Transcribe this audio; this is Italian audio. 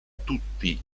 tutti